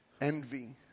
envy